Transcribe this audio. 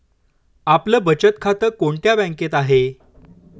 आपलं बचत खातं कोणत्या बँकेत आहे?